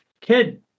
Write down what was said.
kid